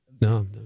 No